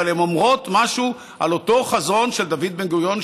אבל הן אומרות משהו על אותו חזון של דוד בן-גוריון,